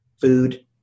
food